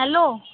hello